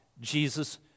Jesus